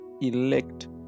elect